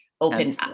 open